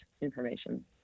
information